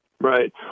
Right